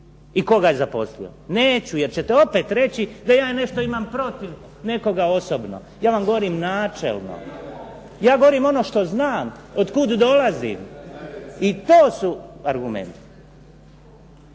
i tko ga je zaposlio, neću jer ćete opet reći da ja imam nešto protiv nekoga osobno. Ja vam govorim načelno, ja govorim ono što znam, otkud dolazi i to su argumenti.